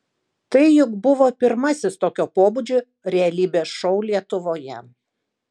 tai juk buvo pirmasis tokio pobūdžio realybės šou lietuvoje